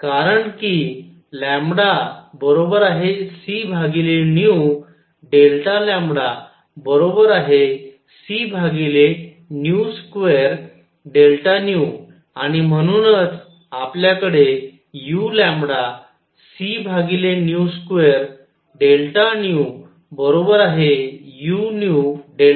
कारण किc c2 आणि म्हणूनच आपल्याकडे uc2 u